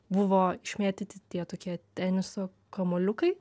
buvo išmėtyti tie tokie teniso kamuoliukai